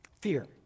Fear